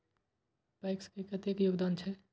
PACS के कतेक योगदान छै?